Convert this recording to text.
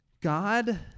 God